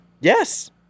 Yes